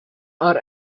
are